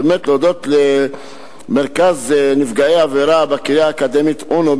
ובאמת להודות למרכז נפגעי עבירה בקריה האקדמית אונו,